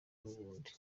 n’ubundi